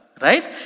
Right